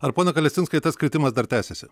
ar pone kalesinskai tas kritimas dar tęsiasi